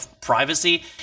privacy